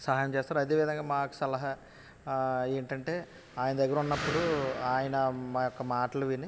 సహాయం చేస్తారు అదే విధంగా మాకు సలహా ఏంటంటే ఆయన దగ్గర ఉన్నప్పుడు ఆయన మా యొక్క మాటలు విని